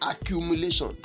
accumulation